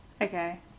okay